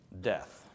death